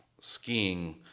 skiing